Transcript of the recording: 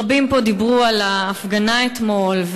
רבים פה דיברו על ההפגנה אתמול,